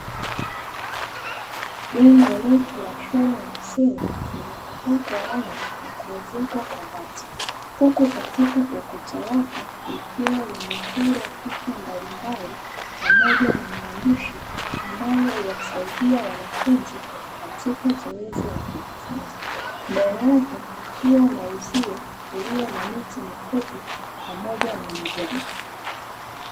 Jengo refu la shule ya msingi limepakwa rangi na kuezekwa kwa bati, huku katika ukuta wake likiwa limechorwa picha mbalimbali pamoja na maandishi ambayo huwasaidia wanafunzi katika zoezi la kujifunza, mbele yake kukiwa na uzio ulio na miti mifupi pamoja na majani.